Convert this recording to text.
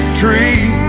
tree